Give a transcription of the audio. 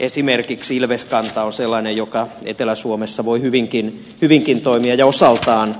esimerkiksi ilveskanta on sellainen joka etelä suomessa voi hyvinkin toimia ja osaltaan